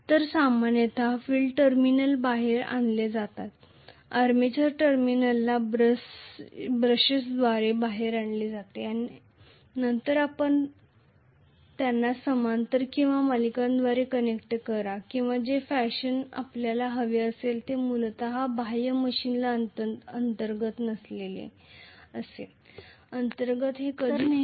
तर सामान्यत field terminal बाहेर आणले जातात आर्मेचर टर्मिनल ब्रशेसद्वारे बाहेर आणले जातात नंतर आपण त्यांना समांतर किंवा सिरीजद्वारे कनेक्ट करा किंवा जे फॅशन आपल्याला हवे असेल तसे मूलत बाह्य मशीनला अंतर्गत नसलेले अंतर्गत ते कधीही कनेक्ट केलेले नसते